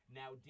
now